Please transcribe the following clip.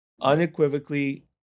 unequivocally